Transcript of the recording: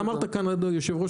אמרת כאן היושב-ראש,